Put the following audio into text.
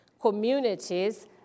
Communities